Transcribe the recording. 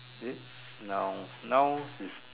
is it noun nouns is